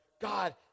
God